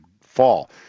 fall